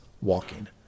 walking